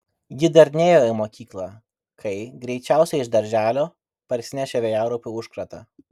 ji dar nėjo į mokyklą kai greičiausiai iš darželio parsinešė vėjaraupių užkratą